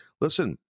Listen